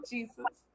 Jesus